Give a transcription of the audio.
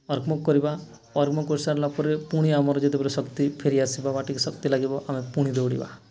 warm up କରିବା warm up କରିସାରିଲା ପରେ ପୁଣି ଆମର ଯେତେବେଳେ ଶକ୍ତି ଫେରି ଆସିବା ବା ଟିକେ ଶକ୍ତି ଲାଗିବ ଆମେ ପୁଣି ଦୌଡ଼ିବା